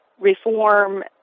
reform